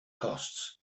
costs